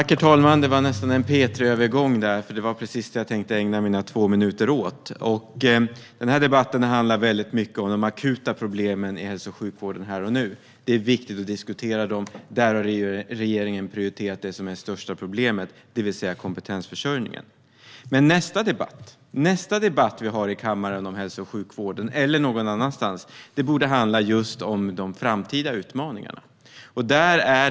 Herr talman! Detta var nästan en P3-övergång, för det är just detta jag tänkte ägna mina sista två minuter åt. Den här debatten har handlat väldigt mycket om de akuta problemen i hälso och sjukvården här och nu. Det är viktigt att diskutera dem. Där har regeringen prioriterat det största problemet, nämligen kompetensförsörjningen. Men nästa debatt vi har om hälso och sjukvården, här i kammaren eller någon annanstans, borde handla just om de framtida utmaningarna.